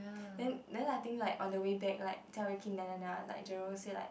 then then I think like on the way back like jia-wei keep like jerome say like